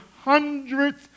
hundreds